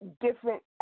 different